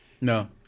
No